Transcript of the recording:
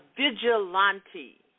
vigilante